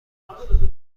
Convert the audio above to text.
دارم